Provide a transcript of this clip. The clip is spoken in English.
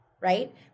right